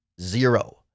zero